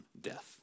death